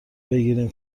بگیریم